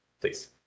please